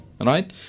right